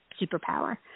superpower